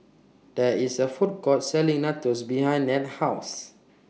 There IS A Food Court Selling Nachos behind Ned's House